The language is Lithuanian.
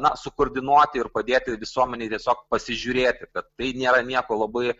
na sukoordinuoti ir padėti visuomenei tiesiog pasižiūrėti kad tai nėra nieko labai